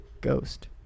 ghost